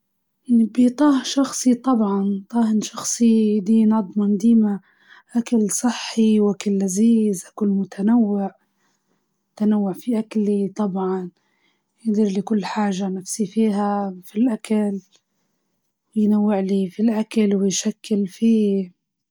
طاهي شخصي طياب، يطيب لي أكل صحي طيب، و كل أكلي يجيني في وقته.